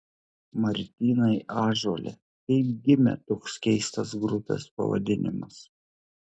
martynai ąžuole kaip gimė toks keistas grupės pavadinimas